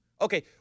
Okay